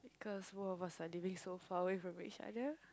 cause both of us are living so far away from each other